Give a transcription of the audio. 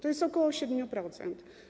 To jest ok. 7%.